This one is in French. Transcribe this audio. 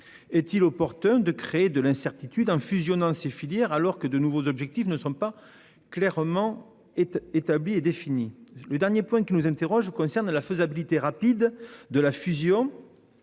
Est-il opportun de créer de l'incertitude en opérant cette fusion alors que de nouveaux objectifs ne sont pas clairement définis ? Le dernier point qui nous interroge concerne la faisabilité rapide de la fusion.